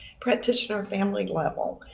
practitioner-family level.